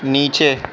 نیچے